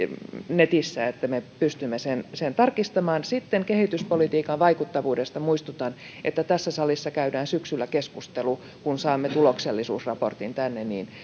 netissä että me pystymme sen sen tarkistamaan sitten kehityspolitiikan vaikuttavuudesta muistutan että tässä salissa käydään syksyllä keskustelu kun saamme tuloksellisuusraportin tänne